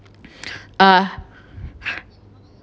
uh